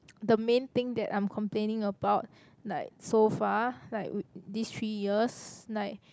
the main thing that I'm complaining about like so far like w~ this three years like